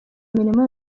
imirimo